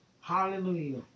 hallelujah